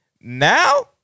Now